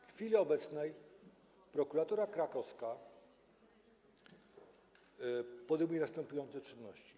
W chwili obecnej prokuratura krakowska podejmuje następujące czynności.